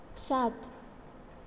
सात